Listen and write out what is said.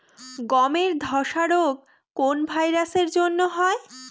গমের ধসা রোগ কোন ভাইরাস এর জন্য হয়?